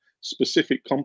specific